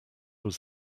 was